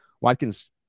Watkins